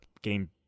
game